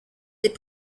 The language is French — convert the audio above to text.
des